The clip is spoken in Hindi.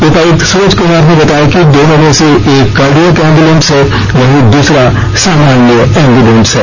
उपायुक्त सूरज कुमार ने बताया कि दोनों में से एक कार्डियक एम्बुलेंस है वहीं दूसरा सामान्य एम्बुलेंस है